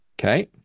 okay